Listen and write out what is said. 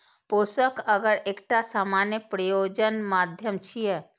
पोषक अगर एकटा सामान्य प्रयोजन माध्यम छियै